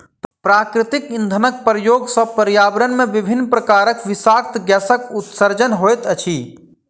प्राकृतिक इंधनक प्रयोग सॅ पर्यावरण मे विभिन्न प्रकारक विषाक्त गैसक उत्सर्जन होइत अछि